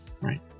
Right